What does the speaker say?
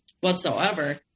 whatsoever